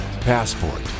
Passport